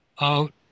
out